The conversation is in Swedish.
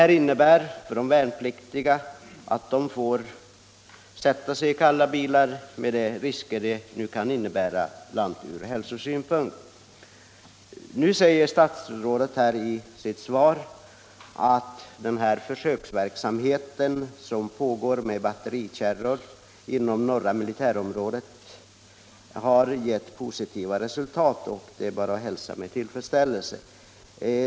Det innebär att de värnpliktiga får sätta sig i kalla bilar med de risker det kan innebära från bl.a. hälsosynpunkt. Nu säger statsrådet i sitt svar att den försöksverksamhet med batterikärror som pågår inom de norra militärområdena har gett positiva resultat, och det är bara att hälsa med tillfredsställelse.